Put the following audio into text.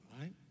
right